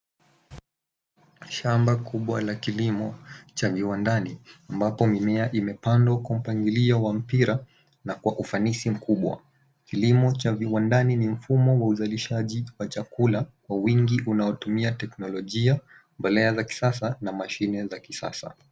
Shamba kubwa la kilimo cha viwandani, ambapo mimea imepandwa kwa mpangilio wa mpira, na kwa ufanisi mkubwa. Kilimo cha viwandani ni mfumo wa uzalishaji wa chakula, kwa wingi unaotumia teknolojia, mbolea za kisasa na mashine za kisasa.